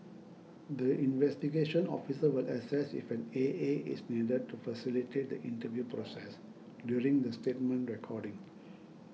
the investigation officer will assess if an A A is needed to facilitate the interview process during the statement recording